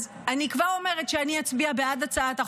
אז אני כבר אומרת שאני אצביע בעד הצעת החוק.